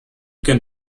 can